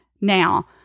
Now